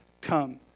come